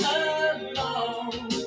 alone